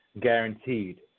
guaranteed